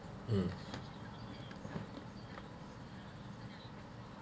um